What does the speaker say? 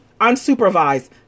unsupervised